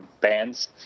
bands